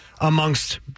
amongst